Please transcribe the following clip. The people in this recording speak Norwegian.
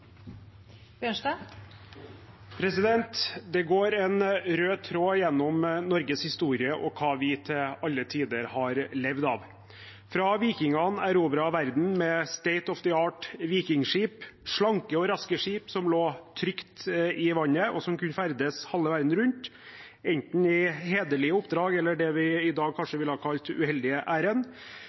Det går en rød tråd gjennom Norges historie og hva vi til alle tider har levd av. Fra vikingene erobret verden med «State of the art» vikingskip, slanke og raske skip som lå trygt i vannet, og som kunne ferdes halve verden rundt – enten i hederlige oppdrag eller i det vi i dag kanskje ville ha kalt uheldige